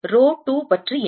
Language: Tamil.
ரோ 2 பற்றி என்ன